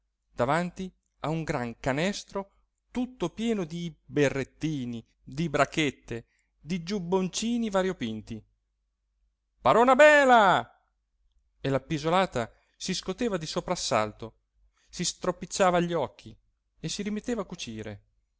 davanti a un gran canestro tutto pieno di berrettini di brachette di giubboncini variopinti parona bela e l'appisolata si scoteva di soprassalto si stropicciava gli occhi si rimetteva a cucire